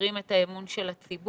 מחזירים את האמון של הציבור,